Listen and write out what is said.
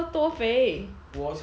我差不多到